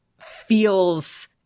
feels